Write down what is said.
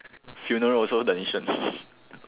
funeral also the nation